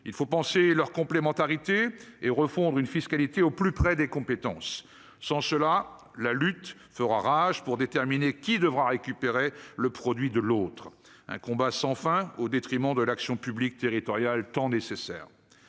Il faut penser leur complémentarité et refondre une fiscalité au plus près des compétences. Sans cela, la lutte fera rage pour déterminer qui devra récupérer le produit de l'autre. Ce sera un combat sans fin, au détriment de l'action publique territoriale si nécessaire.